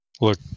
Look